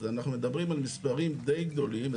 אז אנחנו מדברים על מספרים די גדולים,